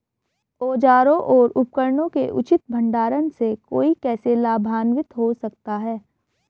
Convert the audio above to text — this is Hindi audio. औजारों और उपकरणों के उचित भंडारण से कोई कैसे लाभान्वित हो सकता है?